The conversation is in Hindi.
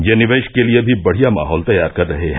ये निवेश के लिए भी बढिया माहौल तैयार कर रहे हैं